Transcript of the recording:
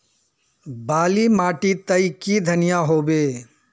बाली माटी तई की धनिया होबे?